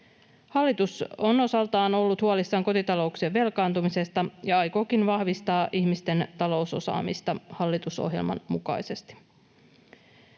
Hallitus on osaltaan ollut huolissaan kotitalouksien velkaantumisesta ja aikookin vahvistaa ihmisten talousosaamista hallitusohjelman mukaisesti.